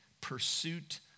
pursuit